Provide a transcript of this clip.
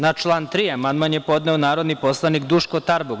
Na član 3. amandman je podneo narodni poslanik Duško Tarbuk.